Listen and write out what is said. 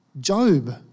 Job